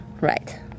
Right